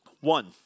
One